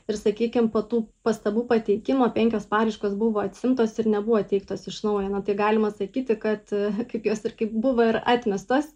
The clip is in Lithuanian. ir sakykim po tų pastabų pateikimo penkios paraiškos buvo atsiimtos ir nebuvo teiktos iš naujo tai galima sakyti kad kaip jos ir kaip buvo ir atmestas